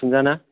फुंजा ना